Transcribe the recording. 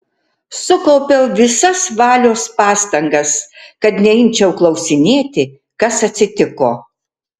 sukaupiau visas valios pastangas kad neimčiau klausinėti kas atsitiko